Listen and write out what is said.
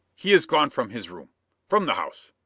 he is gone from his room from the house.